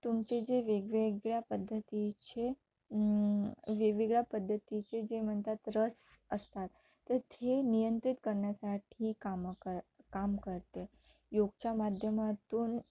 तुमचे जे वेगवेगळ्या पद्धतीचे वेगवेगळ्या पद्धतीचे जे म्हणतात रस असतात तर ते नियंत्रित करण्यासाठी कामं कर काम करते योगच्या माध्यमातून